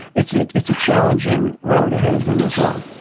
it's ah it's a challenging road ahead of them as well.